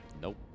Nope